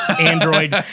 Android